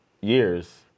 years